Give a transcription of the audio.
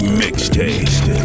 mixtape